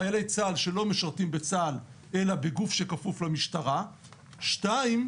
לחיילי צה"ל שלא משרתים בצה"ל אלא בגוף שכפוף למשטרה; שתיים,